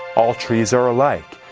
all trees are alike.